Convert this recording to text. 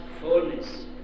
fullness